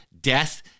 death